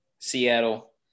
Seattle